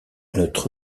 notre